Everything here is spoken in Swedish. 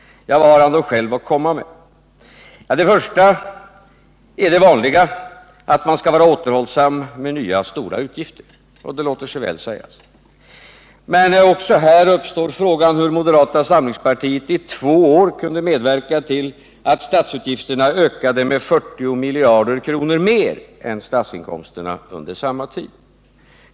Ja, vad har han då själv att komma med? Det första är det vanliga, att man skall vara återhållsam med nya, stora utgifter, och det låter sig väl sägas. Men också här uppstår frågan hur moderata samlingspartiet i två år kunde medverka till att statsutgifterna ökade med 40 miljarder mer än statsinkomsterna under samma tid.